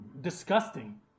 disgusting